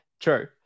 true